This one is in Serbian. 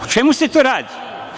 O čemu se tu radi?